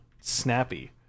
snappy